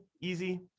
easy